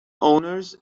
owners